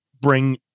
bring